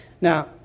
Now